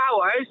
hours